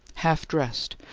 half dressed,